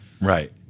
Right